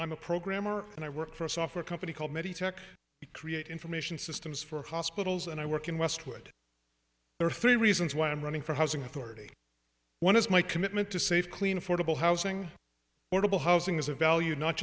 i'm a programmer and i work for a software company called create information systems for hospitals and i work in westwood there are three reasons why i'm running for housing authority one is my commitment to safe clean affordable housing or about housing as a value not